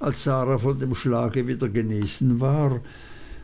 als sara von dem schlag wieder genesen war